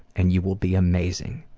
and you will be amazing.